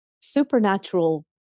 supernatural